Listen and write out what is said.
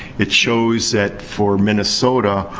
it shows that, for minnesota,